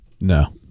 No